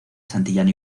santillán